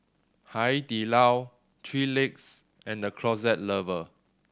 Hai Di Lao Three Legs and The Closet Lover